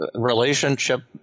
relationship